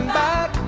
back